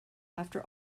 after